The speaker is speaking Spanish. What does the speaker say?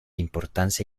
importancia